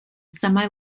semi